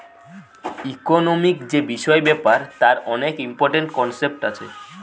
economic যে বিষয় ব্যাপার তার অনেক ইম্পরট্যান্ট কনসেপ্ট আছে